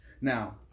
Now